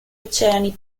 oceani